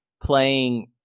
playing